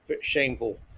shameful